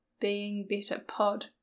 beingbetterpod